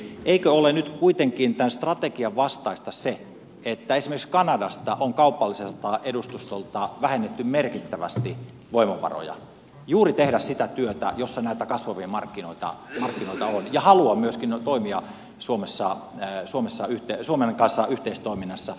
eikö ole nyt kuitenkin tämän strategian vastaista se että esimerkiksi kanadasta on kaupalliselta edustustolta vähennetty merkittävästi voimavaroja juuri tehdä sitä työtä jossa näitä kasvavia markkinoita on ja halua myöskin on toimia suomen kanssa yhteistoiminnassa